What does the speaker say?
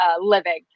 living